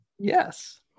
Yes